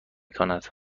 کند